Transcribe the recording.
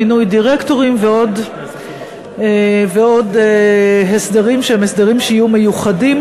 מינוי דירקטורים ועוד הסדרים שהם הסדרים שיהיו מיוחדים,